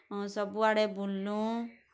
ହଁ ସବୁଆଡ଼େ ବୁଲ୍ଲୁଁ